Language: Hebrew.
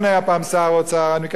אני מקווה שגם הוא יודה בדבר הזה,